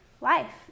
life